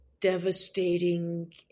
devastating